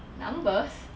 numbers